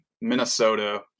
Minnesota